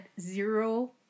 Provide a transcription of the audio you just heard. zero